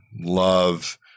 Love